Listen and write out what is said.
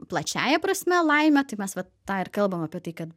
plačiąja prasme laimę tai mes vat tą ir kalbam apie tai kad